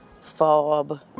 fob